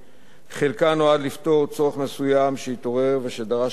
חלקן נועד לפתור צורך מסוים שהתעורר ודרש פתרון,